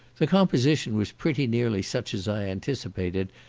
the composition was pretty nearly such as i anticipated,